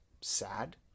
sad